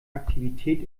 aktivität